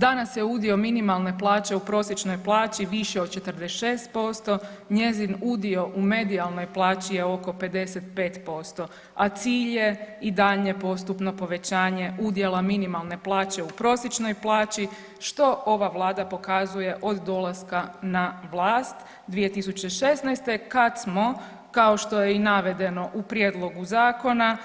Danas je udio minimalne plaće u prosječnoj plaći viši od 46%, njezin udio u medijalnoj plaći je oko 55%, a cilj je i daljnje postupno povećanje udjela minimalne plaće u prosječnoj plaći što ova Vlada pokazuje od dolaska na vlast 2016. kad smo kao što je i navedeno u prijedlogu zakona